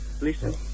Listen